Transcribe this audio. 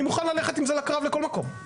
אני מוכן ללכת עם זה לקרב לכל מקום.